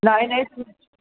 नाही नाही